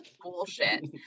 bullshit